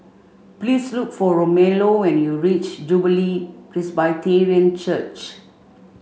please look for Romello when you reach Jubilee Presbyterian Church